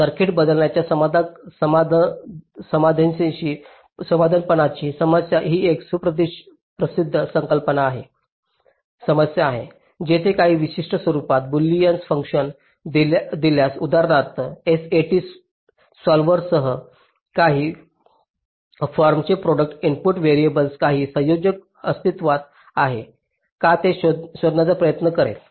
circuit बदलण्यात समाधानीपणाची समस्या ही एक सुप्रसिद्ध समस्या आहे जिथे काही विशिष्ट स्वरूपात बुलियन फंक्शन दिल्यास उदाहरणार्थ SAT सॉल्व्हरसह काही फॉर्मचे प्रॉडक्ट इनपुट व्हेरिएबल्सचे काही संयोजन अस्तित्त्वात आहे का ते शोधण्याचा प्रयत्न करेल